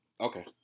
Okay